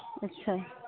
अच्छा